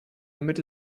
damit